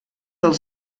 del